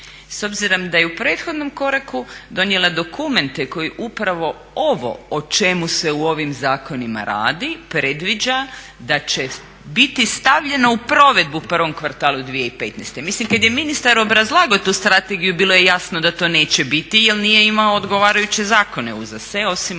s obzirom da je u prethodnom koraku donijela dokumente koji upravo ovo o čemu se u ovim zakonima radi predviđa da će biti stavljeno u provedbu u prvom kvartalu 2015. Mislim kad je ministar obrazlagao tu strategiju bilo je jasno da to neće biti jer nije imao odgovarajuće zakone uza se osim ovih prijedloga.